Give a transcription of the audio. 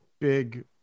big